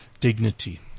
dignity